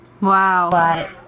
Wow